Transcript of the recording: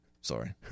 sorry